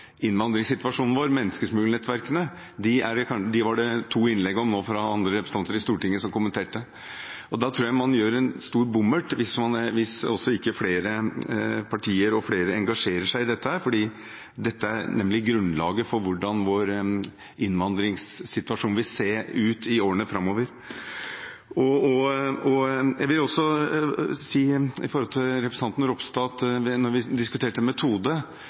innvandringssituasjonen vår – menneskesmuglernettverkene – var det nå bare to innlegg fra andre representanter i Stortinget der dette ble kommentert. Jeg tror man gjør en stor bommert hvis ikke flere partier og flere generelt engasjerer seg i dette, for dette er grunnlaget for hvordan vår innvandringssituasjon vil se ut i årene framover. Jeg vil også si til representanten Ropstad, siden vi diskuterte metode